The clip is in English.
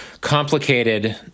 complicated